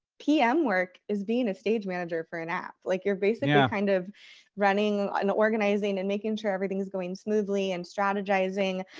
pm work is being a stage manager for an act. like, you're basically yeah kind of running and organizing and making sure everything's going smoothly and strategizing.